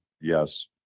Yes